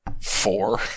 Four